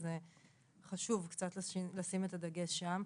וזה חשוב קצת לשים את הדגש שם.